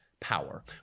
Power